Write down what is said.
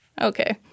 okay